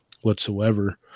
whatsoever